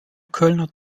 kölner